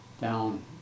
down